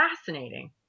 fascinating